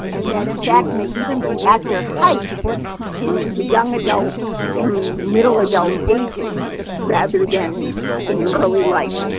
and that in fact may even be at their height in the young-adult through middle-adult ages rather than in early life,